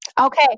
Okay